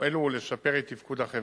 ולשפר את תפקוד החברה.